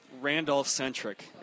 Randolph-centric